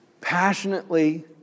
passionately